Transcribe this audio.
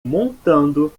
montando